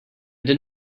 did